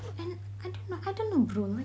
and I dunno I dunno bro like